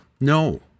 No